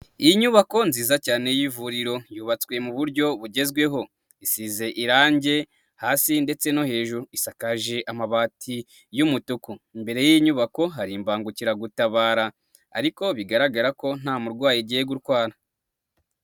Iyi nyubako nziza cyane y'ivuriro, yubatswe mu buryo bugezweho, isize irangi hasi ndetse no hejuru, isakaje amabati y'umutuku, imbere y'iyi nyubako hari imbangukiragutabara, ariko bigaragara ko nta murwayi ugiye gutwara.